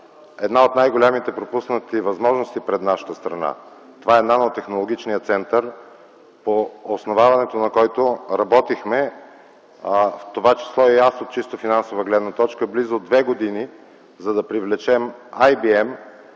една от най-големите пропуснати възможности от нашата страна. Това е Нанотехнологичният център, по основаването на който работихме, в това число и аз от чисто финансова гледна точка близо две години, за да привлечем Ай